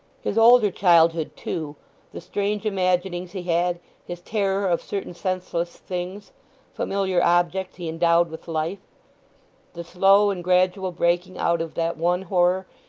his older childhood, too the strange imaginings he had his terror of certain senseless things familiar objects he endowed with life the slow and gradual breaking out of that one horror,